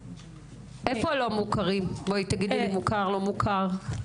איפה הלא מוכרים, תגידי לי מוכר לא מוכר.